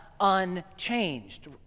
unchanged